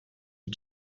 you